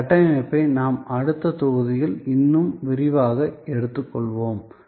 அந்த கட்டமைப்பை நாம் அடுத்த தொகுதியில் இன்னும் விரிவாக எடுத்துக் கொள்வோம்